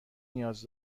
نیاز